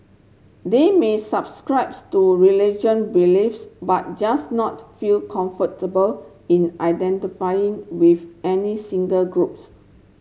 they may subscribes to religion beliefs but just not feel comfortable in identifying with any single groups